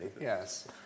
yes